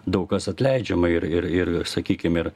daug kas atleidžiama ir ir sakykim ir